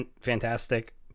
fantastic